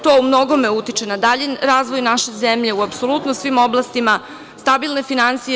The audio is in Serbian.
To u mnogome utiče na dalji razvoj naše zemlje, u apsolutno svim oblastima stabilne finansije.